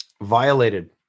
Violated